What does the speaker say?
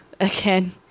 again